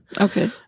Okay